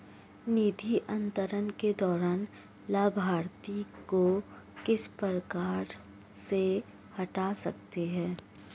निधि अंतरण के दौरान लाभार्थी को किस प्रकार से हटा सकते हैं?